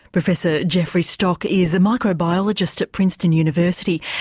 professor jeffry stock is a microbiologist at princeton university,